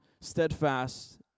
steadfast